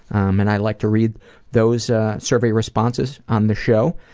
and i like to read those ah survey responses on the show.